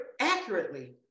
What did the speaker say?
accurately